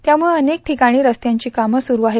त्यामुळं अनेक ठिकाणी रस्त्यांची कामं सुरू आहेत